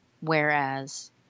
Whereas